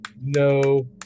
no